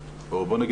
או בוא נגיד,